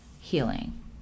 healing